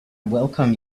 welcome